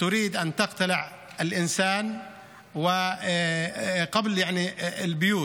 רוצה לעקור את האנשים לפני הבתים.